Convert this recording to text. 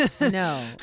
No